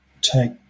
take